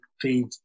feed